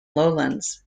lowlands